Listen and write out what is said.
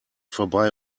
vorbei